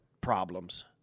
problems